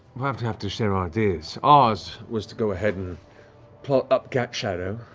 we'll have to have to share ideas. ours was to go ahead and plod up gatshadow.